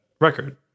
record